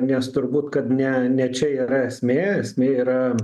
nes turbūt kad ne ne čia yra esmė esmė yra